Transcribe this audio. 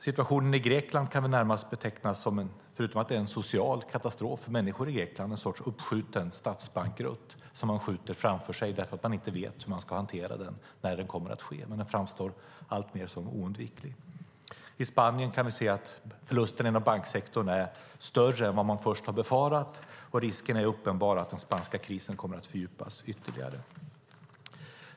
Situationen i Grekland kan, förutom att det är en social katastrof för människorna i landet, närmast betecknas som en sorts uppskjuten statsbankrutt. Man skjuter den framför sig därför att man inte vet hur man ska hantera den när den kommer att ske, men den framstår alltmer som oundviklig. I Spanien kan vi se att förlusten inom banksektorn är större än man först befarade, och risken är uppenbar att den spanska krisen kommer att fördjupas ytterligare.